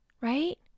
Right